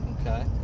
Okay